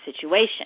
situation